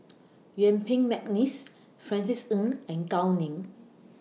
Yuen Peng Mcneice Francis Ng and Gao Ning